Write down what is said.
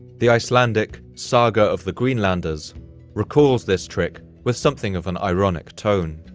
the icelandic saga of the greenlanders recalls this trick with something of an ironic tone.